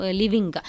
living